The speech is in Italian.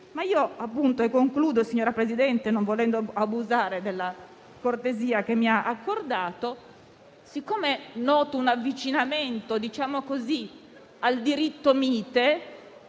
bene a tutti. Concludo, signora Presidente, non volendo abusare della cortesia che mi ha accordato. Noto un avvicinamento, diciamo così, al diritto mite